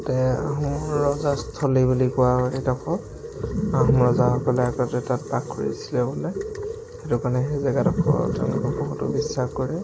তাতে আহোমৰ ৰজাস্থলী বুলি কোৱা হয় সেইডোখৰ আহোম ৰজাসকলে আগতে তাত বাস কৰিছিলে বোলে সেইটো কাৰণে সেই জেগাডোখৰ তেওঁলোকে বহুতো বিশ্বাস কৰে